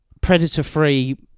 predator-free